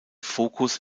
fokus